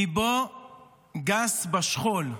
ליבו גס בשכול".